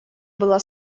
было